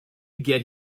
get